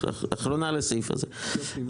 האחרונה לסעיף הזה.